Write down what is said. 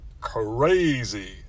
crazy